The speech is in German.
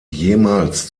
jemals